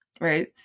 right